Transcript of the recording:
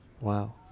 Wow